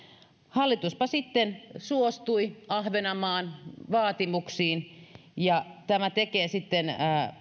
hallituspa sitten suostui ahvenanmaan vaatimuksiin ja tämä tekee sitten